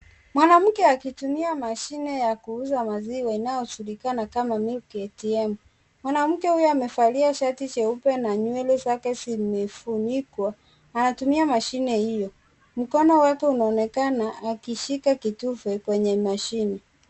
Mwanamke akitumia mashine ya kuuza maziwa inayojulikana kama milk atm . Mwanamke huyu amevalia shati jeupe na nywele zake zimefunikwa anatumia mashine hiyo. Mkono wake unaonekana akishika kitufe kwenye mashine.